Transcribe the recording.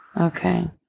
Okay